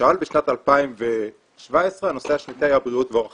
למשל בשנת 2017 הנושא השנתי היה בריאות ואורח